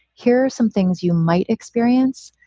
here are some things you might experience.